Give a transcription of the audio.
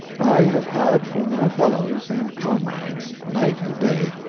i have had for my fellows and comrades, night and day,